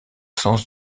sens